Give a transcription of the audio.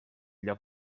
allò